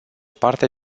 parte